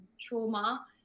trauma